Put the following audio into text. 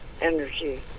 energy